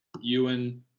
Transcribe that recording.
Ewan